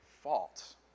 fault